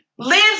Lives